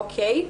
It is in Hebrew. אוקיי,